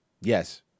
Yes